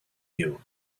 you